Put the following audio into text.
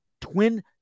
Twin